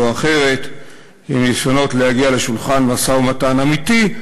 או אחרת עם ניסיונות להגיע לשולחן משא-ומתן אמיתי,